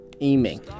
aiming